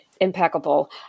impeccable